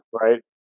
Right